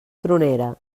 tronera